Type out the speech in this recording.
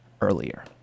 earlier